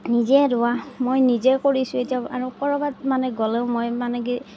নিজে ৰোৱা মই নিজে কৰিছোঁ এতিয়া আৰু ক'ৰবাত মানে গ'লেও মই মানে কি